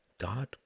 God